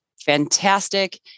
fantastic